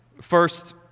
First